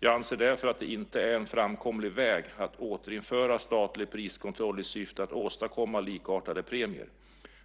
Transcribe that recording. Jag anser därför att det inte är en framkomlig väg att återinföra statlig priskontroll i syfte att åstadkomma likartade premier.